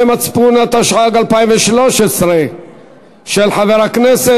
הפנים והגנת הסביבה להכנתה לקריאה ראשונה.